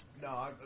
no